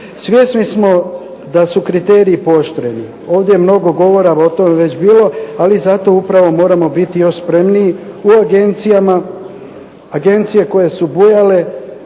Svjesni smo da su kriteriji pooštreni. Ovdje je mnogo govora o tome već bilo, ali zato upravo moramo biti još spremniji u agencijama. Agencije koje su bujale,